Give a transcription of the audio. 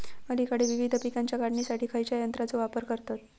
अलीकडे विविध पीकांच्या काढणीसाठी खयाच्या यंत्राचो वापर करतत?